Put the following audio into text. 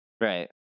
right